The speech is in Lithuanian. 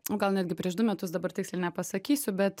o gal netgi prieš du metus dabar tiksliai nepasakysiu bet